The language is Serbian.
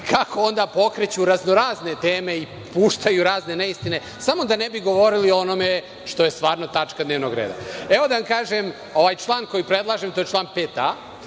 kako pokreću razno-razne teme i puštaju razne neistine, samo da ne bi govorili o onome što je stvarno tačka dnevnog reda. Evo, da vam kažem, ovaj član koji predlažem, to je član 5a.